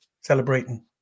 celebrating